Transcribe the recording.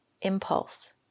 impulse